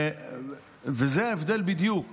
וזה בדיוק